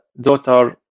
daughter